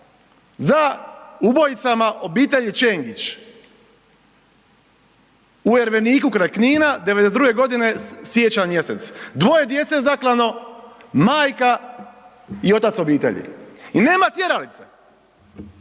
za ubojicama obitelji Čengić u Erveniku kraj Knina, siječanj mjesec? Dvoje djece zaklano, majka i otac obitelji. I nema tjeralice.